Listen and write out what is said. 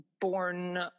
born